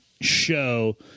show